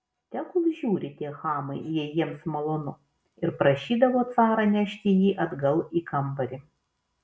tegul žiūri tie chamai jei jiems malonu ir prašydavo carą nešti jį atgal į kambarį